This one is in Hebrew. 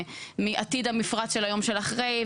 מעתיד המפרץ של היום של אחרי.